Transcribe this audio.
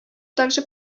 также